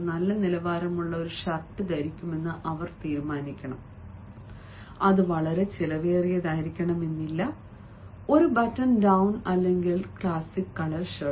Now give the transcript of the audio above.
നല്ല നിലവാരമുള്ള ഒരു ഷർട്ട് ധരിക്കുമെന്ന് അവർ തീരുമാനിക്കണം അത് വളരെ ചെലവേറിയതായിരിക്കില്ല ഒരു ബട്ടൺ ഡൌൺ അല്ലെങ്കിൽ ക്ലാസിക് കളർ ഷർട്ട്